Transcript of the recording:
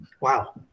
Wow